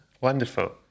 Wonderful